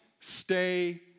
stay